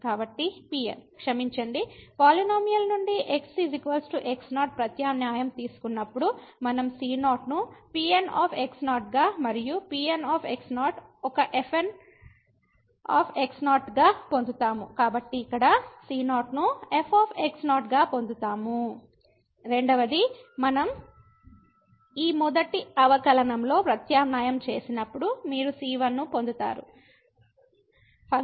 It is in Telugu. కాబట్టి Pn క్షమించండి పాలినోమియల్ నుండి x x0 ప్రత్యామ్నాయం తీసుకున్నప్పుడు మనం C0 ను Pn గా మరియు Pn ఒక fn గా పొందుతాము కాబట్టి ఇక్కడ c0 ను f గా పొందుతాము